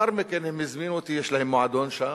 יש להם מועדון שם,